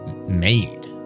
Made